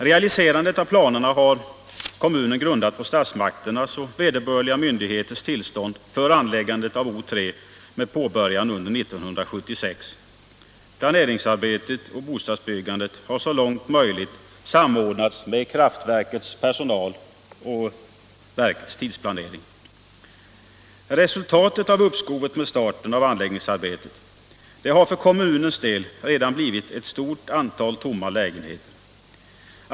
Realiserandet av planerna har kommunen grundat på Nr 107 statsmakternas och vederbörliga myndigheters tillstånd för anläggandet av O 3 med början under 1976. Planeringsarbetet och bostadsbyggandet har så långt möjligt samordnats med kraftverkets personaloch tids+= so planering. Särskilt tillstånd att Resultatet av uppskovet med starten av anläggningsarbetet har för = tillföra kärnreakkommunens del redan blivit ett stort antal tomma lägenheter.